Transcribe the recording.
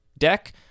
deck